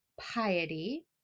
piety